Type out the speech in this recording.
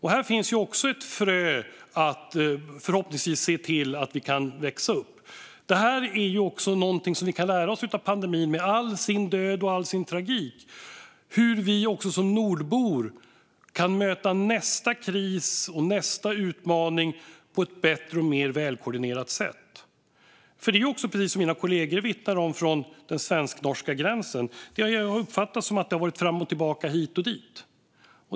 Här finns ett frö man förhoppningsvis kan odla. Det är också något vi kan lära av pandemin, med all sin död och all sin tragik, hur vi som nordbor kan möta nästa kris och nästa utmaning på ett bättre och mer välkoordinerat sätt. Precis som mina kollegor vittnar om från den svensk-norska gränsen har det uppfattats som att det har varit fram och tillbaka, hit och dit.